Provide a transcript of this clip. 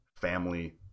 family